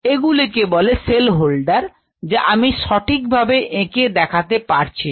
এগুলোকে বলে cell holder যা আমি সঠিকভাবে এঁকে দেখাতে পারছি না